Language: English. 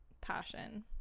passion